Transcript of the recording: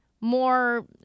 more